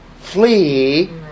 flee